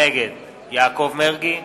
נגד יעקב מרגי,